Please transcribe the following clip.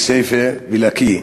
כסייפה ולקיה,